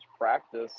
practice